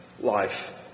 life